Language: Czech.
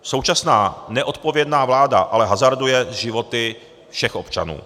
Současná neodpovědná vláda ale hazarduje s životy všech občanů.